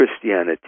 Christianity